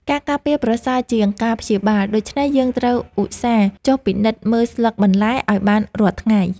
ការការពារប្រសើរជាងការព្យាបាល ដូច្នេះយើងត្រូវឧស្សាហ៍ចុះពិនិត្យមើលស្លឹកបន្លែឱ្យបានរាល់ថ្ងៃ។